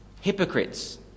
hypocrites